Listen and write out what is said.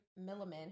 Milliman